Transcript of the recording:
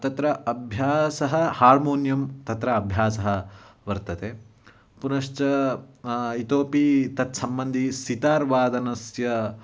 तत्र अभ्यासः हार्मोनियं तत्र अभ्यासः वर्तते पुनश्च इतोऽपि तत् सम्बन्धि सितार् वादनस्य